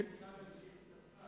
אולי איזו פצצה,